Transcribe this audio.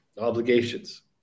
obligations